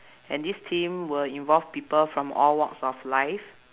and this team will involve people from all walks of life